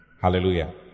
Hallelujah